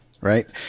right